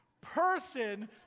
person